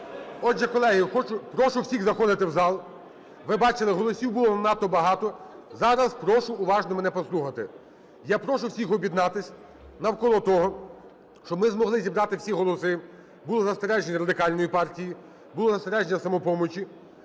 Отже, колеги, прошу всіх заходити в зал. Ви бачили, голосів було не надто багато. Зараз прошу уважно мене послухати. Я прошу всіх об'єднатись навколо того, щоб ми змогли зібрати всі голоси. Було застереження Радикальної партії, було застереження "Самопомочі",